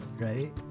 right